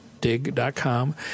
dig.com